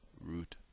root